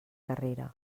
carrera